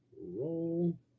roll